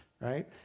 right